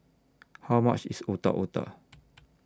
How much IS Otak Otak